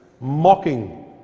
mocking